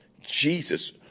Jesus